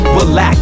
relax